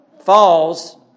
falls